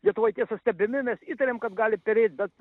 lietuvoj tiesa stebimi mes įtarėm kad gali perėt bet